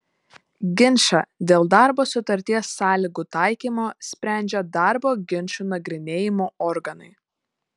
ginčą dėl darbo sutarties sąlygų taikymo sprendžia darbo ginčų nagrinėjimo organai